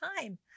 time